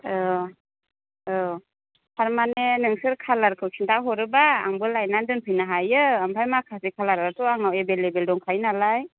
औ औ थारमाने नोंसोर कालारखौ खिन्था हरोब्ला आंबो लायनानै दोनफैनो हायो ओमफ्राय माखासे कालाराथ' आंनाव एभेलेबेल दंखायो नालाय